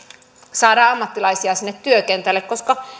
saadaan ammattilaisia sinne työkentälle koska